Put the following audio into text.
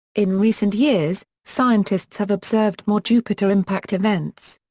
in recent years, scientists have observed more jupiter impact events.